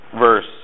verse